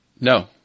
No